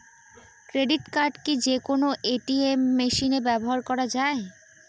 Credit card কি যে কোনো এ.টি.এম মেশিনে ব্যবহার করা য়ায়?